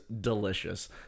delicious